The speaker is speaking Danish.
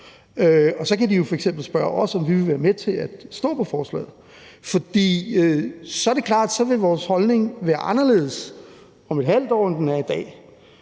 Så kan de jo f.eks. spørge os, om vi vil være med til at stå på forslaget. For det er klart, at vores holdning vil være anderledes om et halvt år, end den er i dag,